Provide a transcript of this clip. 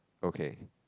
okay